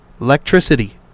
Electricity